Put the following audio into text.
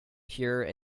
pure